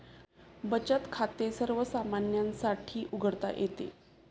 बचत खाते सर्वसामान्यांसाठी उघडता येते